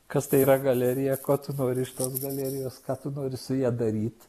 kas tai yra galerija ko tu nori iš toks galerijos ką tu nori su ja daryt